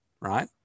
right